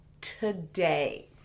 today